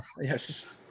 Yes